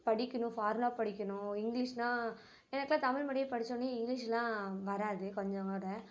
படிக்கணும் பார்முலா படிக்கணும் இங்கிலீஷ்னால் எனக்கெலாம் தமிழ் மீடியம் படிச்சொடன்னே இங்கிலீஷுலாம் வராது கொஞ்சம் கூட